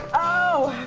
oh